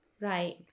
Right